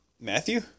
Matthew